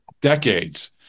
decades